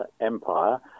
Empire